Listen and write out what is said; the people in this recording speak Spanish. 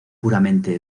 puramente